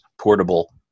portable